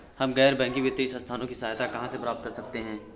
हम गैर बैंकिंग वित्तीय संस्थानों की सहायता कहाँ से प्राप्त कर सकते हैं?